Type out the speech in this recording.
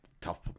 tough